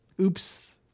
Oops